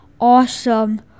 awesome